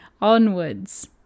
onwards